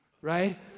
right